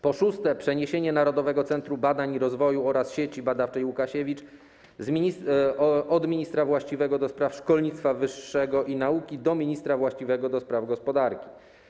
Po szóste, przeniesienie Narodowego Centrum Badań i Rozwoju oraz Sieci Badawczej Łukasiewicz od ministra właściwego do spraw szkolnictwa wyższego i nauki do ministra właściwego do spraw gospodarki.